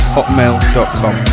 hotmail.com